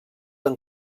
amb